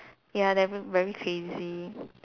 ya they are v~ very crazy